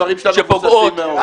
הדברים שלנו מבוססים מאוד.